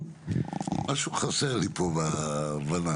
משהו חסר לי פה בהבנה.